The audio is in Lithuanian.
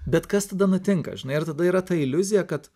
bet kas tada nutinka žinai ir tada yra ta iliuzija kad